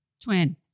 twin